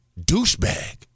douchebag